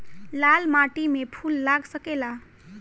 लाल माटी में फूल लाग सकेला?